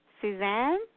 Suzanne